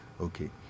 Okay